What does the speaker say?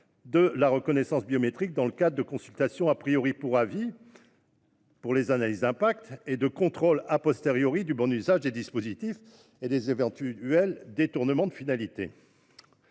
de la reconnaissance biométrique, dans le cadre de consultations pour avis s'agissant des analyses d'impact et de contrôles du bon usage des dispositifs et des éventuels détournements de finalité.